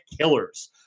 killers